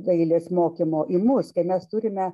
dailės mokymo į mus kai mes turime